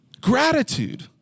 Gratitude